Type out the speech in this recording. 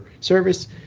service